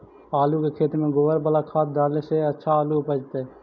आलु के खेत में गोबर बाला खाद डाले से अच्छा आलु उपजतै?